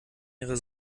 ihrer